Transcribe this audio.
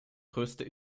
größte